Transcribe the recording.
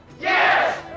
Yes